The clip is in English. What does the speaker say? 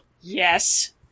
Yes